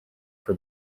for